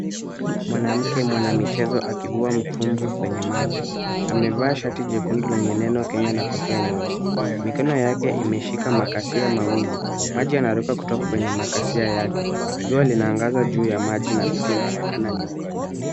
Mwanamke mwanamichezo akivua mtumbwi kwenye maji. Amevaa shati jelundu neno Kenya na kofia nyeusi. Mikono yake imeshika makasia mawili. Maji yanaruka kutoka kwenye makasia yake. Jua linaangaza juu ya maji na miti inaonekana nyuma.